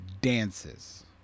dances